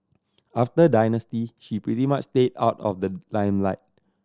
after Dynasty she pretty much stayed out of the limelight